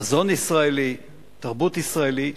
מזון ישראלי, תרבות ישראלית,